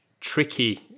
tricky